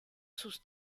sus